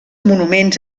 monuments